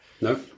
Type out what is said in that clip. No